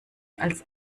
als